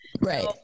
right